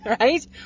right